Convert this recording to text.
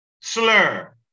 Slur